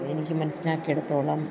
എനിക്ക് മനസ്സിലാക്കിയെടുത്തോളം